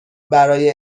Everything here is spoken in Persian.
برای